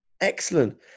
Excellent